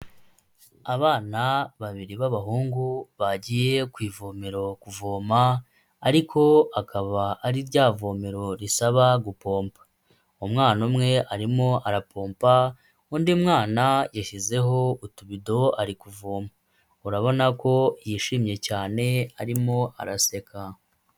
Abana babiri b'abahungu bagiye ku ivomero kuvoma ariko akaba ari ryavomero risaba gupompa, umwana umwe arimo arapompa undi mwana yashyizeho utubido ari kuvoma, urabona ko yishimye cyane arimo araseka.